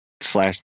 slash